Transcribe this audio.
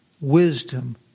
wisdom